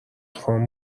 خان